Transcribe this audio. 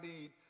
need